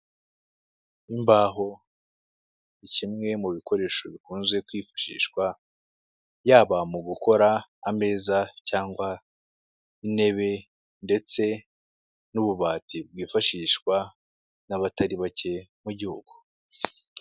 Imbaho ni kimwe mu bikoresho bikunze kwifashishwa yaba mu gukora ameza cyangwa intebe ndetse n'ububati bwifashishwa n'abatari bake mu gihugu.